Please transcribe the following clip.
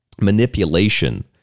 manipulation